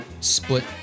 split